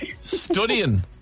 Studying